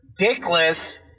dickless